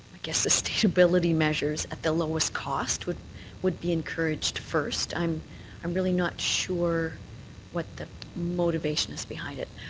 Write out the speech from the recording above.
guess sustainability measures at the lowest cost would would be encouraged first? i'm i'm really not sure what the motivation is behind it.